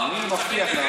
לא, אבל הוא צריך להתייחס.